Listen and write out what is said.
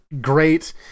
great